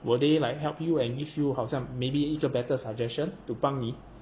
would they like help you and give you 好像 maybe 一个 better suggestion to 帮你